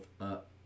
up